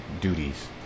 duties